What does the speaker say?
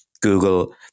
Google